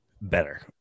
Better